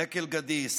דקל גדיס,